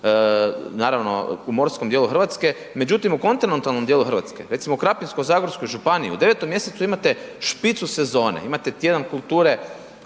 naravno u morskom dijelu RH, međutim, u kontinentalnom dijelu RH, recimo u krapinsko-zagorskoj županiji u 9 mjesecu imate špicu sezone, imate tjedan kulture,